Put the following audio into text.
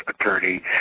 attorney